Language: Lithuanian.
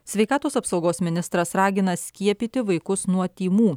sveikatos apsaugos ministras ragina skiepyti vaikus nuo tymų